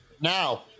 Now